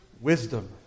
wisdom